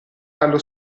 allo